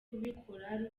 kubikora